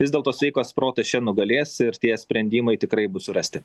vis dėlto sveikas protas čia nugalės ir tie sprendimai tikrai bus surasti